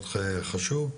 מאוד חשוב,